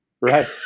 Right